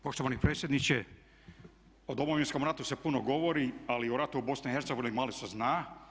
Poštovani predsjedniče o Domovinskom ratu se puno govori ali o ratu u BiH malo se zna.